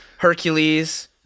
Hercules